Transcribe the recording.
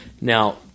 Now